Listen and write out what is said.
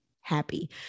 happy